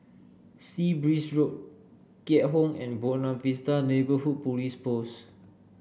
Sea Breeze Road Keat Hong and Buona Vista Neighbourhood Police Post